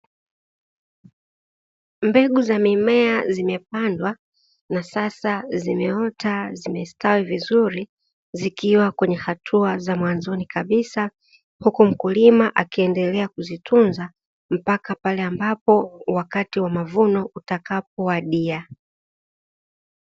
Mbegu za mimea zimepandwa na Sasa zimeota zimestawi vizuri zikiwa kwenye hatua za mwanzoni kabisa ,huku mkulima akiendelea kuzitunza mpaka pale ambapo wakati wa mavuno utakapowadia.